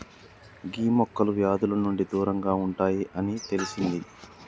గీ మొక్కలు వ్యాధుల నుండి దూరంగా ఉంటాయి అని తెలిసింది